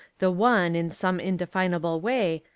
the one, in some indefinable way,